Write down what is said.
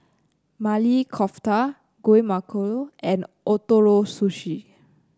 Maili Kofta Guacamole and Ootoro Sushi